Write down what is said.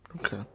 Okay